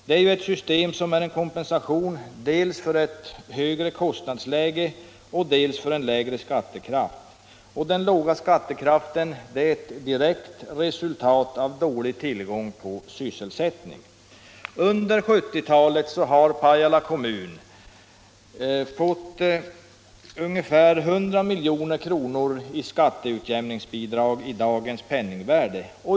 Det är ett system som medför kompensation dels för högre kostnadsläge, dels för lägre skattekraft. Den låga skattekraften är ett direkt resultat av dålig tillgång på sysselsättningstillfällen. Under 1970-talet har Pajala kommun fått ungefär 100 miljoner i skatteutjämningsbidrag, räknat i dagens penningvärde.